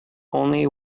only